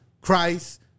Christ